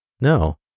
No